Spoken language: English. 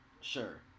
sure